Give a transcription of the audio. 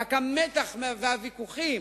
רק המתח והוויכוחים